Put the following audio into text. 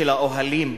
של האוהלים,